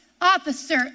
officer